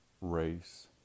race